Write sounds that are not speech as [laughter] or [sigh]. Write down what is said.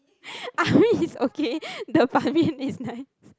[laughs] army is okay the Ban Mian is nice